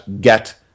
get